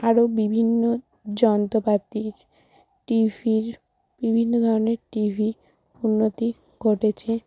আরও বিভিন্ন যন্ত্রপাতির টিভির বিভিন্ন ধরনের টিভি উন্নতি ঘটেছে